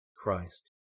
Christ